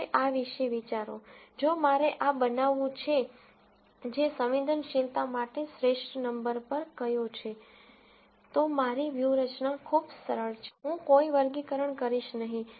હવે આ વિશે વિચારો જો મારે આ બનાવવું છે જે સંવેદનશીલતા માટે શ્રેષ્ઠ નંબર પર કયો છે તો મારી વ્યૂહરચના ખૂબ સરળ છે હું કોઈ વર્ગીકરણ કરીશ નહીં